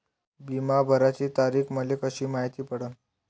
बिमा भराची तारीख मले कशी मायती पडन?